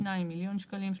שניים - 1,000,000 שקלים.